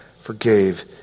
forgave